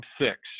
six